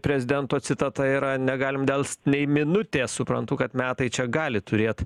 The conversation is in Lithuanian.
prezidento citata yra negalim delst nei minutės suprantu kad metai čia gali turėt